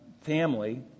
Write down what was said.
family